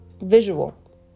visual